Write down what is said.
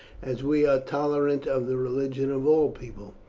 as we are tolerant of the religions of all people.